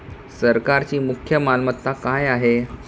सरकारची मुख्य मालमत्ता काय आहे?